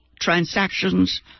transactions